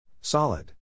Solid